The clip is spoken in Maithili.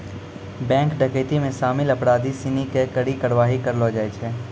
बैंक डकैती मे शामिल अपराधी सिनी पे कड़ी कारवाही करलो जाय छै